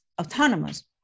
autonomous